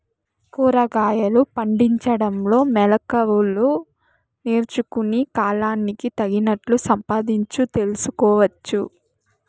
కూరగాయలు పండించడంలో మెళకువలు నేర్చుకుని, కాలానికి తగినట్లు సంపాదించు తెలుసుకోవచ్చు